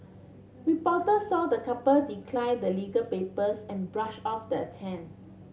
reporter saw the couple decline the legal papers and brush off the attempt